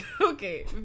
okay